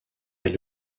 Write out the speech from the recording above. est